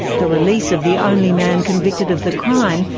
the release of the only man convicted of the crime,